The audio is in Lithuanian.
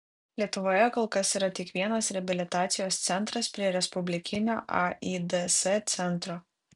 lietuvoje kol kas yra tik vienas reabilitacijos centras prie respublikinio aids centro